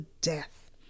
death